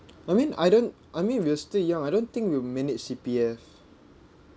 I mean I don't I mean we are still young I don't think we'll manage C_P_F